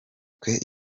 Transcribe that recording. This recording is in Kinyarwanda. twe